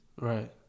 right